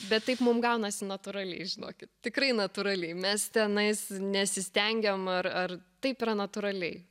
bet taip mum gaunasi natūraliai žinokit tikrai natūraliai mes tenais nesistengiam ar ar taip yra natūraliai